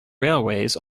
railways